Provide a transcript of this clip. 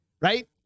Right